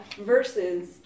versus